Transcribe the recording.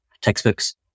textbooks